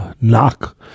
knock